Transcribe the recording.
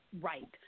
right